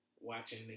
watching